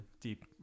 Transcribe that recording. deep